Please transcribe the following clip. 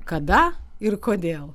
kada ir kodėl